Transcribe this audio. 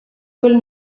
quel